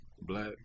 Black